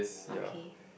okay